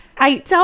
eight